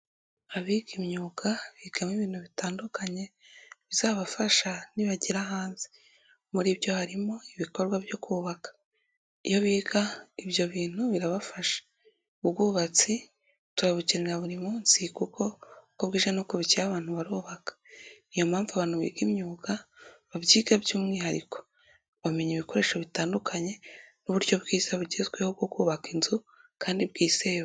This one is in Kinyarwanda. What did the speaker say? Abiga imyuga bigamo ibintu bitandukanye bizabafasha nibagera hanze muri byo harimo ibikorwa byo kubaka, iyo biga ibyo bintu birabafasha ubwubatsi turabukenera buri munsi kuko uko bwije n'uko bukeye abantu barubaka, niyo mpamvu abantu biga imyuga babyiga by'umwihariko bamenya ibikoresho bitandukanye n'uburyo bwiza bugezweho bwo kubaka inzu kandi bwizewe.